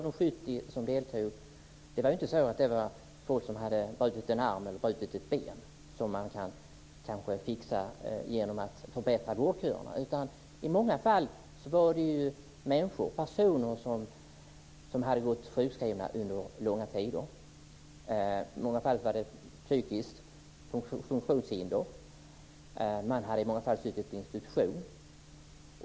De 70 som deltog var inte personer som hade brutit en arm eller ett ben, dvs. de hade inte åkommor som kan förbättras genom att vårdköerna förkortas. Det var i många fall personer som hade gått sjukskrivna långa tider. De hade i många fall typiska funktionshinder och hade suttit på institution.